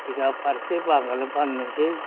सिगां फारसे बांगालनो फाननोसै